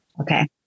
okay